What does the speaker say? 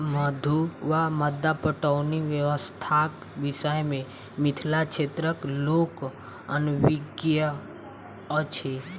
मद्दु वा मद्दा पटौनी व्यवस्थाक विषय मे मिथिला क्षेत्रक लोक अनभिज्ञ अछि